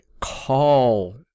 call